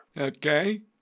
Okay